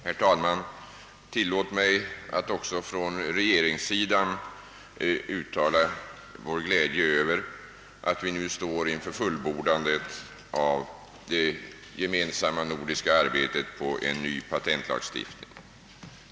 Herr talman! Tillåt mig att också från regeringssidan uttala glädje över att vi nu står inför fullbordandet av det gemensamma nordiska arbetet på en ny patentlagstiftning.